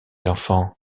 l’enfant